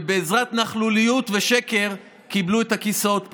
ובעזרת נכלוליות ושקר קיבלו את הכיסאות פה,